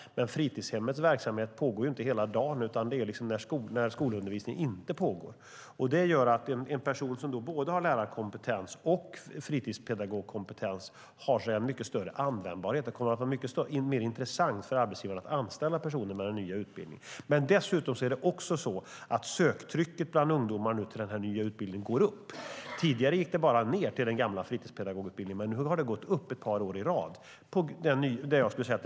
Men fritidshemmets verksamhet pågår inte hela dagen utan när det inte pågår skolundervisning. Det gör att en person som både har lärarkompetens och fritidspedagogkompetens har mycket större användbarhet. Det kommer att vara mer intressant för arbetsgivaren att anställa personer med den nya utbildningen. Söktrycket bland ungdomar till den nya utbildningen går dessutom upp. Tidigare, till den gamla fritidspedagogutbildningen, gick det bara ned, men nu har det gått upp ett par år i rad.